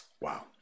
Wow